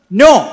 no